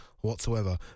whatsoever